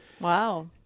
Wow